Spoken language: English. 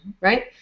right